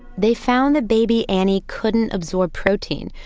they found that baby annie couldn't absorb protein,